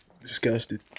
Disgusted